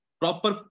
proper